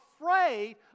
afraid